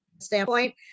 standpoint